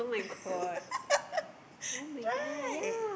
right